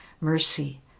mercy